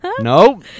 No